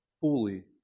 fully